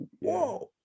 whoa